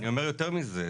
אני אומר יותר מזה,